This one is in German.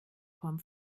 form